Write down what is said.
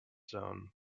zone